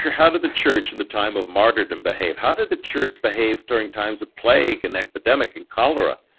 how did the church in the time of martyrdom behave. how did the church behave during times of plague and epidemic and cholera.